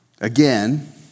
Again